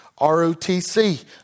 ROTC